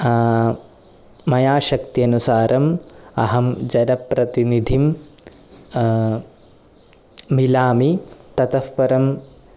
मया शक्त्यनुसारं अहं जनप्रतिनिधिं मिलामि ततः परम्